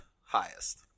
highest